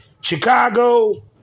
Chicago